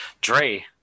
Dre